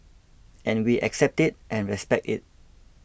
and we accept it and respect it